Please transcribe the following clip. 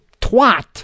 twat